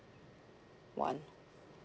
one